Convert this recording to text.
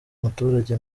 umuturage